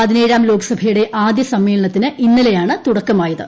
പതിനേഴാം ലോക്സഭയുടെ ആദ്യ സമ്മേളനത്തിന് ഇന്നലെയാണ് തുടക്കമായത്